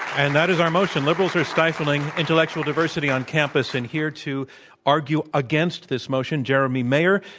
and that is our motion liberals are stifling intellectual diversity on campus. and here to argue against this motion, jeremy mayer.